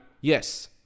Yes